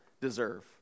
deserve